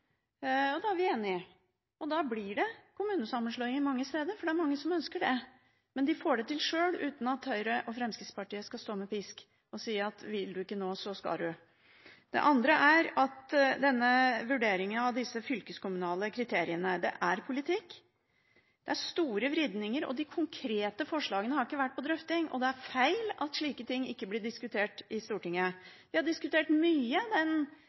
Da ville vi vært enige. Da ville det blitt kommunesammenslåinger mange steder, for det er mange som ønsker det. Men de får det til sjøl, uten at Høyre og Fremskrittspartiet skal stå med pisk og si: Vil du ikke nå, så skal du. Det andre er at denne vurderingen av disse fylkeskommunale kriteriene er politikk. Det er store vridninger, og de konkrete forslagene har ikke vært drøftet. Det er feil at slike ting ikke blir diskutert i Stortinget. Vi har diskutert mye kriterienøkkelen for barnehager. Mange av oss har vært veldig uenige i den,